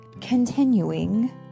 continuing